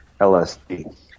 LSD